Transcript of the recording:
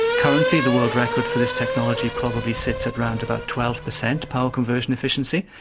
currently the world record for this technology probably sits at around about twelve percent power conversion efficiency,